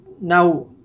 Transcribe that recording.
Now